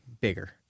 bigger